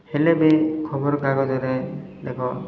ହେଲେ ବି ଖବରକାଗଜରେ ଦେଖ